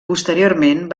posteriorment